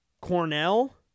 Cornell